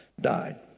died